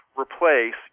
replace